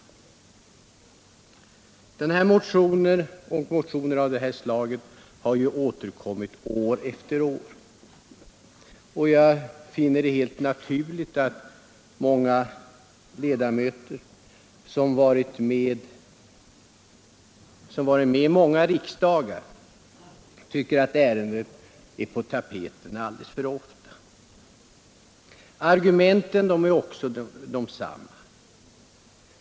Motioner av det här slaget har återkommit år efter år och jag finner det helt naturligt att många ledamöter, som varit med länge i riksdagen, tycker att ärendet är på tapeten alldeles för ofta. Argumenten är också desamma.